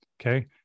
Okay